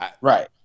right